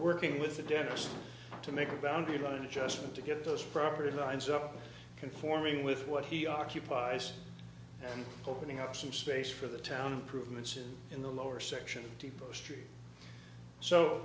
working with the dentist to make a boundary line adjustment to get those property lines up conforming with what he occupies and opening up some space for the town improvements in the lower section depots tree so